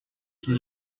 qu’il